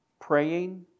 praying